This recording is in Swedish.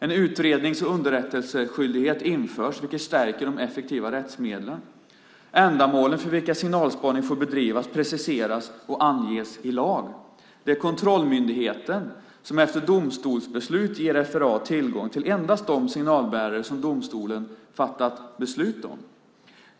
En utrednings och underrättelseskyldighet införs, vilket stärker de effektiva rättsmedlen. Ändamålen för vilka signalspaning får bedrivas preciseras och anges i lag. Det är kontrollmyndigheten som efter domstolsbeslut ger FRA tillgång till endast de signalbärare som domstolen fattat beslut om.